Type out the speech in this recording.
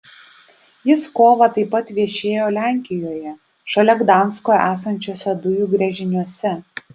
jis kovą taip pat viešėjo lenkijoje šalia gdansko esančiuose dujų gręžiniuose